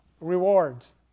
rewards